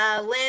Lynn